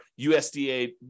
USDA